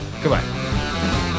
goodbye